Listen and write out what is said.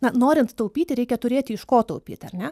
na norint taupyti reikia turėti iš ko taupyt ar ne